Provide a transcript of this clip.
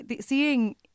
seeing